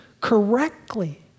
correctly